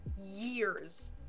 years